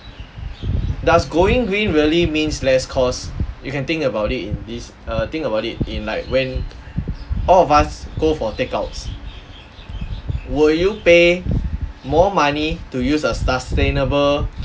does going green really means less cost you can think about it in this uh think about it in like when all of us go for take-outs will you pay more money to use a sustainable